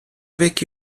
avec